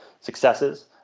successes